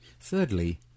Thirdly